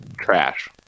Trash